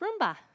Roomba